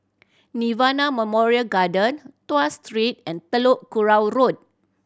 Nirvana Memorial Garden Tuas Street and Telok Kurau Road